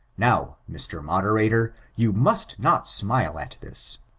now, mr. moderator, you must not smile at this.